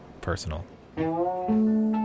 personal